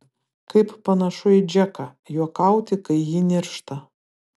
kaip panašu į džeką juokauti kai ji niršta